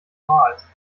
wals